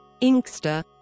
Inkster